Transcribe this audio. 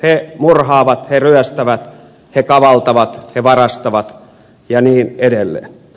he murhaavat he ryöstävät he kavaltavat he varastavat ja niin edelleen